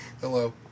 Hello